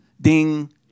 Ding